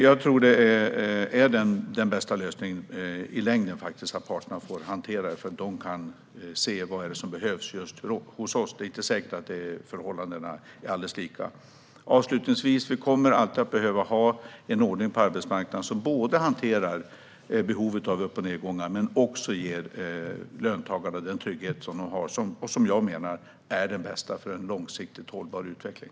Jag tror att den bästa lösningen i längden är att parterna får hantera detta, för de kan se vad som behövs hos just dem. Det är inte säkert att förhållandena är alldeles lika. Avslutningsvis kommer vi alltid att behöva ha en ordning på arbetsmarknaden som både hanterar behovet vid upp och nedgångar och ger löntagarna den trygghet de bör ha och som jag menar är det bästa för en långsiktigt hållbar utveckling.